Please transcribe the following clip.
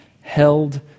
held